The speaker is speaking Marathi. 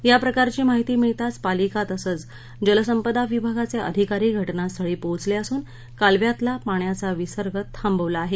या प्रकारची माहिती मिळताच पालिका तसंच जलसंपदा विभागाचे अधिकारी घटनास्थळी पोहचले असून कालव्यातला पाण्याचा विसर्ग थाबवला आहे